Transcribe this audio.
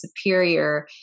superior